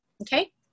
okay